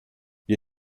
wir